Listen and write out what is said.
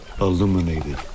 illuminated